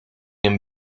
een